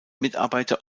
mitarbeiter